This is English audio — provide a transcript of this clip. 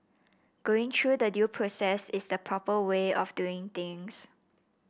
going through the due process is the proper way of doing things